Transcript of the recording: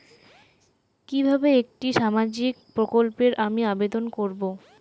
কিভাবে একটি সামাজিক প্রকল্পে আমি আবেদন করব?